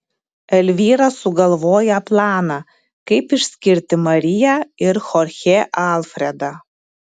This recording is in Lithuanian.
elvyra sugalvoja planą kaip išskirti mariją ir chorchę alfredą